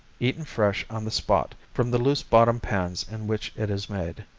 eaten fresh on the spot, from the loose bottom pans in which it is made.